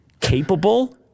capable